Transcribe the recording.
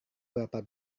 berapa